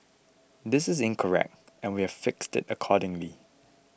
this is incorrect and we've fixed it accordingly